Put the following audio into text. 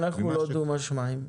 אנחנו לא דו משמעיים.